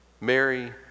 mary